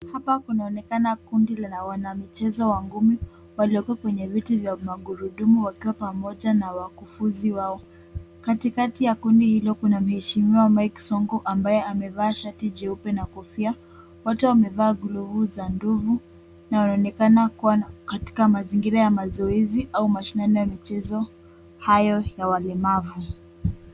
Hapa kunaonekana kundi la wana mchezo wa ngumi, waliokaa kwenye viti vya magurudumu wakipa moja na wakufuzi wao. Katikati ya kundi hilo kuna mheshimiwa Mike Sonko ambaye amevaa shati jeupe na kofia, wote wamevaa glovu za nduvu na wanaonekana kuwa katika mazingira ya mazoezi au mashindano ya mchezo hayo ya walemavu.